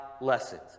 lessons